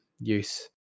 use